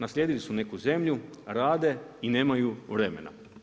Naslijedili su neku zemlju, rade i nemaju vremena.